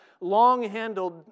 long-handled